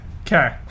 Okay